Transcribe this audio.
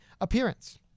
appearance